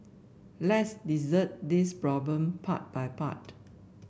let's dissect this problem part by part